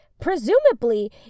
presumably